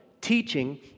teaching